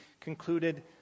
concluded